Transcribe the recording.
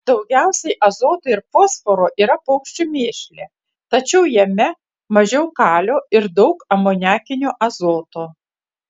daugiausiai azoto ir fosforo yra paukščių mėšle tačiau jame mažiau kalio ir daug amoniakinio azoto